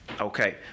Okay